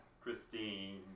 Christine